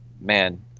man